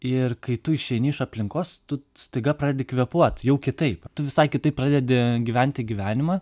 ir kai tu išeini iš aplinkos tu staiga pradedi kvėpuot jau kitaip tu visai kitaip pradedi gyventi gyvenimą